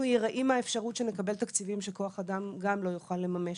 אנחנו יראים מהאפשרות שנקבל תקציבים שכוח אדם גם לא יוכל לממש.